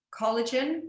collagen